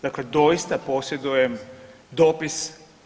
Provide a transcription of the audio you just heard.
Dakle doista posjedujem dopis